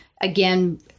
Again